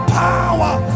power